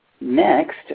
next